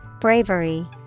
Bravery